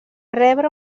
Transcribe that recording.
rebre